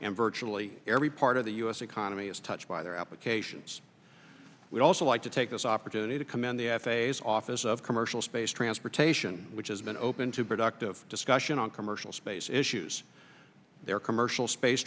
and virtually every part of the u s economy is touched by their applications we also like to take this opportunity to commend the f a s office of commercial space transportation which has been open to productive discussion on commercial space issues their commercial space